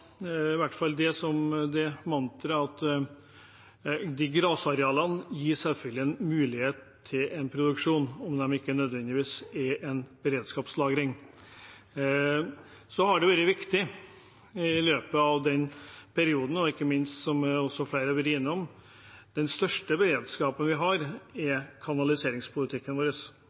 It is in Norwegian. som mantra at grasarealene selvfølgelig gir en mulighet til produksjon, om det ikke nødvendigvis er en beredskapslagring. Så har det vært viktig i løpet av den perioden ikke minst – som flere også har vært innom – at den største beredskapen vi har, er kanaliseringspolitikken vår.